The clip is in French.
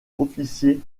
officier